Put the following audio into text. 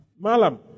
malam